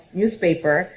newspaper